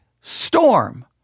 storm